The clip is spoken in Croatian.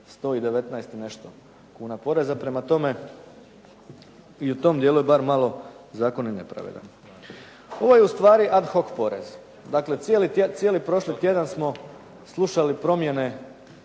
119 i nešto kuna poreza, prema tome i u tom dijelu bar malo zakon je nepravedan. Ovo je ustvari ad hoc porez. Dakle, cijeli prošli tjedan smo slušali promjene